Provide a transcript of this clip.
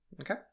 Okay